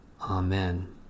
Amen